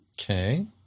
Okay